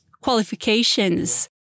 qualifications